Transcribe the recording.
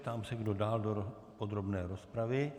Ptám se, kdo dál do podrobné rozpravy.